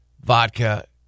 vodka